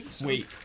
Wait